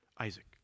Isaac